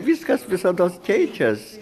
viskas visados keičias